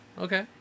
Okay